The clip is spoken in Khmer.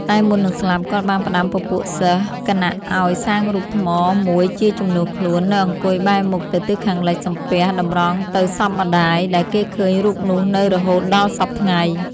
តែមុននឹងស្លាប់គាត់បានផ្ដាំពពួកសិស្សគណឲ្យសាងរូបថ្មមួយជាជំនួសខ្លួន នៅអង្គុយបែរមុខទៅខាងលិចសំពះតម្រង់ទៅសពម្ដាយ ដែលគេឃើញរូបនោះនៅរហូតដល់សព្វថ្ងៃ ។